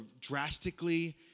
drastically